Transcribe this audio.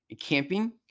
camping